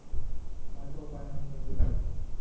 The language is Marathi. मायक्रोफायनान्स म्हणजे काय?